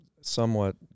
somewhat